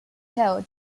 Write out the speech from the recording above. hill